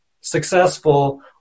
successful